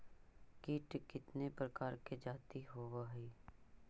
कीट कीतने प्रकार के जाती होबहय?